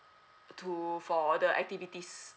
to for the activities